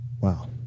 Wow